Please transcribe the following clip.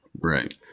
Right